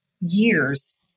years